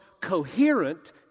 coherent